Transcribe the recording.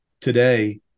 today